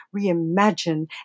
reimagine